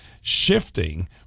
shifting